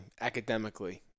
academically